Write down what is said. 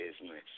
business